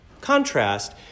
contrast